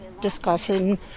discussing